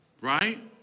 right